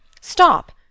Stop